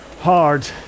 hard